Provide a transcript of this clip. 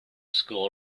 school